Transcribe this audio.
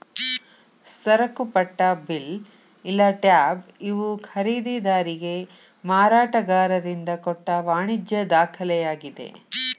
ಸರಕುಪಟ್ಟ bill ಇಲ್ಲಾ tab ಇವು ಖರೇದಿದಾರಿಗೆ ಮಾರಾಟಗಾರರಿಂದ ಕೊಟ್ಟ ವಾಣಿಜ್ಯ ದಾಖಲೆಯಾಗಿದೆ